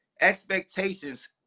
expectations